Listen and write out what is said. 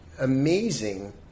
amazing